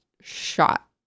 shot